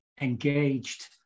engaged